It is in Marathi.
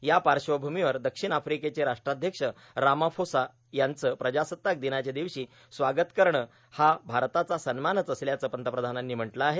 या पाश्वभूमीवर दक्षिण आफ्रीकेचे राष्ट्राध्यक्ष रामाफोसा यांचं प्रजासत्ताक र्दिनाच्या र्दिवशी स्वागत करणं हा भारताचा सन्मानच असल्याचं पंतप्रधानांनी म्हटलं आहे